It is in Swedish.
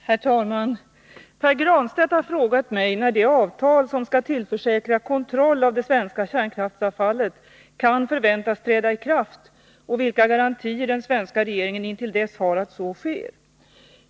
Herr talman! Pär Granstedt har frågat mig när det avtal som skall tillförsäkra kontroll av det svenska kärnkraftsavfallet kan förväntas träda i kraft och vilka garantier den svenska regeringen intill dess har att så sker.